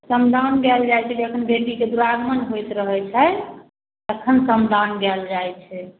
समदाउन गाएल जाइ छै जखन बेटीके दुरागमन होइत रहै छै तखन समदाउन गाएल जाइ छै